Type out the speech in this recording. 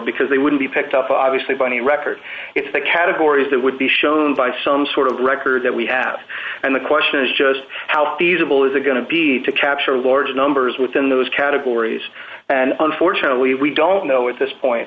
because they would be picked off obviously by the record it's the categories that would be shown by some sort of record that we have and the question is just how feasible is it going to be to capture large numbers within those categories and unfortunately we don't know at this point